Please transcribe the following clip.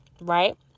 right